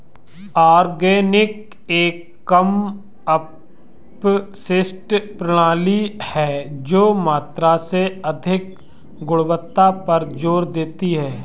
organic एक कम अपशिष्ट प्रणाली है जो मात्रा से अधिक गुणवत्ता पर जोर देती है